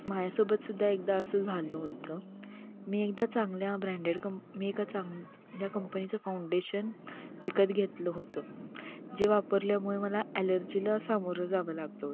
माझ्यासोबत सुद्धा एकदा असं झालं होतं मी एकदा चांगल्या ब्रँडेड कं मी एका चांगल्या कंपनीचं फाउंडेशन विकत घेतलं होतं जे वापरल्यामुळे मला ॲलर्जीला सामोरं जावं लागलं होतं